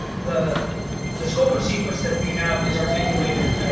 the the scope and sequence that we have is articulated,